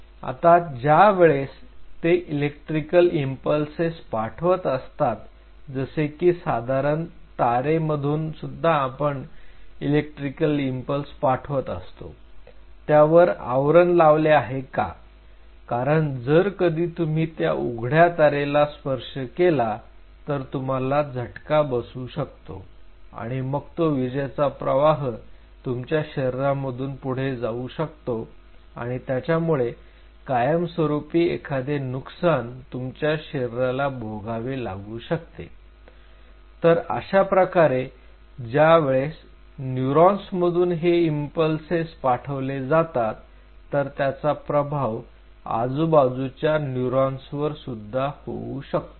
आता ज्या वेळेस ते इलेक्ट्रिकल इम्पल्सेस पाठवत असतात जसे की साधारण तारे मधून सुद्धा आपण इलेक्ट्रिकल इंपल्स पाठवत असतो त्यावर आवरण लावले आहे का कारण जर कधी तुम्ही त्या उघड्या तारेला स्पर्श केला तर तुम्हाला झटका बसू शकतो आणि मग तो विजेचा प्रवाह तुमच्या शरीरामधून पुढे जाऊ शकतो आणि त्याच्यामुळे कायमस्वरूपी एखादे नुकसान तुमच्या शरीराला भोगावे लागू शकते तर अशाप्रकारे ज्यावेळेस न्यूरॉन्स मधून हे इम्पल्सेस पाठवले जातात तर त्याचा प्रभाव आजूबाजूच्या न्यूरॉन्सवर सुद्धा होऊ शकतो